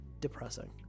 depressing